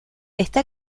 esta